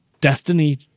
destiny